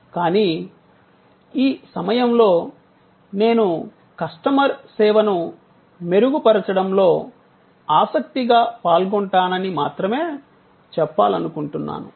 కానీ ఈ సమయంలో నేను కస్టమర్ సేవను మెరుగుపరచడంలో ఆసక్తిగా పాల్గొంటానని మాత్రమే చెప్పాలనుకుంటున్నాను